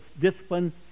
discipline